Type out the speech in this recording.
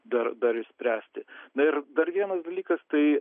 dar dar išspręsti na ir dar vienas dalykas tai